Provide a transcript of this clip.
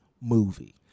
movie